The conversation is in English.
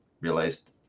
realized